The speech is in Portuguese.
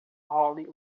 holly